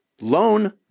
loan